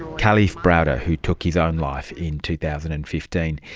kalief browder who took his own life in two thousand and fifteen.